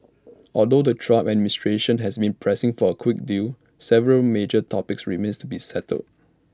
although the Trump administration has been pressing for A quick deal several major topics remain to be settled